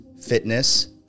fitness